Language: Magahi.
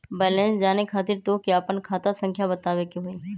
बैलेंस जाने खातिर तोह के आपन खाता संख्या बतावे के होइ?